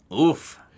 oof